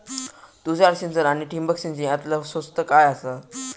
तुषार सिंचन आनी ठिबक सिंचन यातला स्वस्त काय आसा?